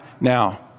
Now